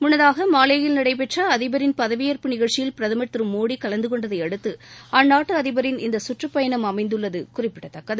முன்னதாக மாலேயில் நடைபெற்ற அந்நாட்டு அதபரின் பதவியேற்கும் நிகழ்ச்சியில் பிரதமர் திரு மோடி கலந்து கொண்டதை அடுத்து அந்நாட்டு அதபரின் இந்த கற்றுப் பயணம் அமைந்துள்ளது குறிப்பிடத்தக்கது